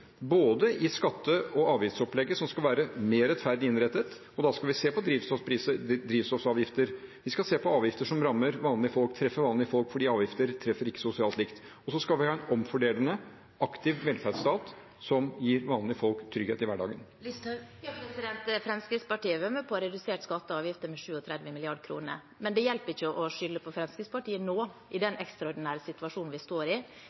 i både skatte- og avgiftsopplegget, som skal være mer rettferdig innrettet. Da skal vi se på drivstoffavgifter, vi skal se på avgifter som treffer vanlige folk – for avgifter treffer ikke sosialt likt – og så skal vi ha en omfordelende, aktiv velferdsstat som gir vanlige folk trygghet i hverdagen. Sylvi Listhaug – til oppfølgingsspørsmål. Fremskrittspartiet har vært med på å redusere skatter og avgifter med 37 mrd. kr. Det hjelper ikke å skylde på Fremskrittspartiet nå, i den ekstraordinære situasjonen vi står i.